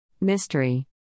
Mystery